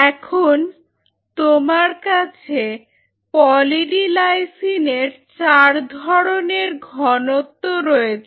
এখন তোমার কাছে পলি ডি লাইসিনের চার ধরনের ঘনত্ব রয়েছে